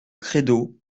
credo